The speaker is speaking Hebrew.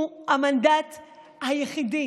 המנדט היחיד: